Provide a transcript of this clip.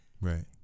Right